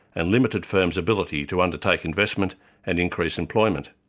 and limited firms' ability to undertake investment and increase employment.